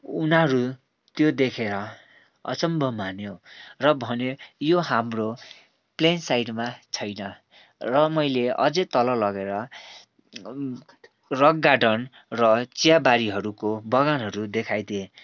उनीहरू त्यो देखेर अचम्भ मान्यो र भन्यो यो हाम्रो प्लेन साइडमा छैन र मैले अझै तल लगेर रक गार्डन र चियाबारीहरूको बगानहरू देखाइदिएँ